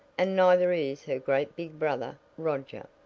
and neither is her great big brother, roger.